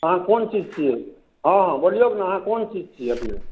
अहाँ कोन चीज छियै हँ हँ बोलियौ ने अहाँ कोन चीज छियै अपने